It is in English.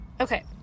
Okay